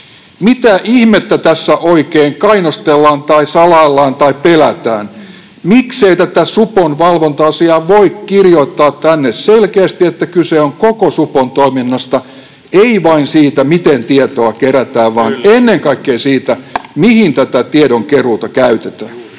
Mitä ihmettä tässä oikein kainostellaan tai salaillaan tai pelätään? Miksei tätä supon valvonta-asiaa voi kirjoittaa tänne selkeästi niin, että kyse on koko supon toiminnasta, ei vain siitä, miten tietoa kerätään, vaan ennen kaikkea siitä, mihin tätä tiedonkeruuta käytetään?